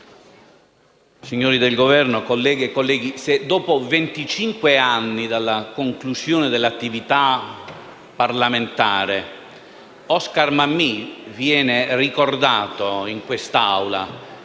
signori del Governo, colleghe e colleghi, se dopo venticinque anni dalla conclusione dell'attività parlamentare Oscar Mammì viene ricordato in quest'Aula